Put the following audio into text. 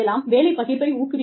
வேலை பகிர்வை ஊக்குவிக்கலாம்